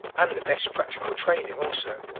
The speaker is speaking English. and the best practical training also.